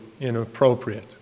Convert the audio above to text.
inappropriate